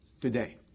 today